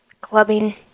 clubbing